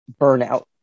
burnout